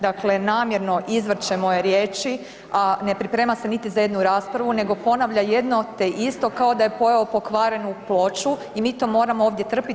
Dakle namjerno izvrće moje riječi, a ne priprema se niti za jednu raspravu, nego ponavlja jedno te isto kao da je pojeo pokvarenu ploču i mi to moramo ovdje trpjeti.